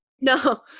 No